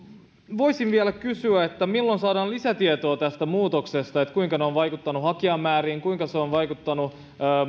voisin vielä kysyä milloin saadaan lisätietoa tästä muutoksesta siitä kuinka se on vaikuttanut hakijamääriin kuinka se on vaikuttanut